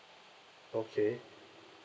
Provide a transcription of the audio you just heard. okay